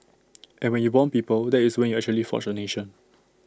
and when you Bond people that is when you actually forge A nation